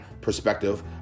perspective